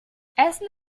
essen